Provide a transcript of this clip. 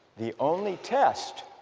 the only test